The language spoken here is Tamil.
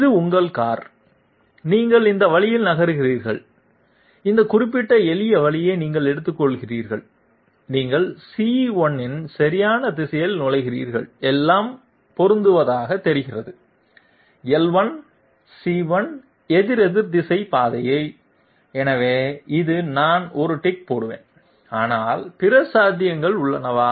இது உங்கள் கார் நீங்கள் இந்த வழியில் நகர்கிறீர்கள் இந்த குறிப்பிட்ட எளியவழியை நீங்கள் எடுத்துக்கொள்கிறீர்கள் நீங்கள் c1 இன் சரியான திசையில் நுழைகிறீர்கள் எல்லாம் பொருந்துவதாகத் தெரிகிறது l1 c1 எதிரெதிர் திசையில் பாதை எனவே இது நான் ஒரு டிக் கொடுப்பேன் ஆனால் பிற சாத்தியங்களும் உள்ளனவா